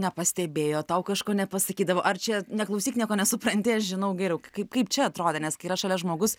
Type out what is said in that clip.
nepastebėjo tau kažko nepasakydavo ar čia neklausyk nieko nesupranti aš žinau geriau kaip kaip čia atrodė nes kai yra šalia žmogus